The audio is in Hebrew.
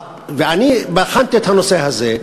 אני בחנתי את הנושא הזה,